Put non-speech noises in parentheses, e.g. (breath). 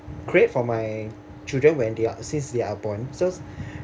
create for my children when they are since they are born so (breath)